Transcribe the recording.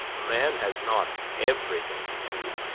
a man has not everything to do,